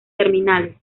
terminales